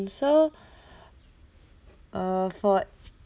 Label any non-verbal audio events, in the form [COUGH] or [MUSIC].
so [BREATH] uh for